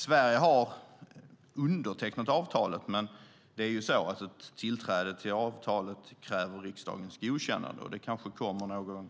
Sverige har undertecknat avtalet, men ett tillträde till avtalet kräver riksdagens godkännande. Det kanske kommer någon